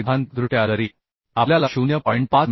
सैद्धांतिकदृष्ट्या जरी आपल्याला 0